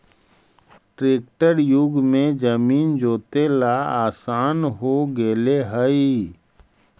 tractor युग में जमीन जोतेला आसान हो गेले हइ